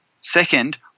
Second